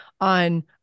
on